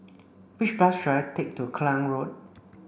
which bus should I take to Klang Road